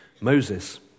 Moses